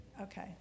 Okay